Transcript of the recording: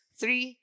three